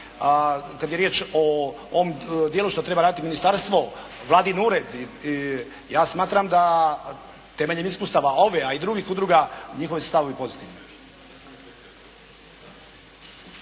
kad je riječ o ovom dijelu što treba raditi Ministarstvo, vladin Ured, ja smatram da temeljem iskustava ove a i drugih udruga njihovi su stavovi pozitivni.